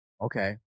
Okay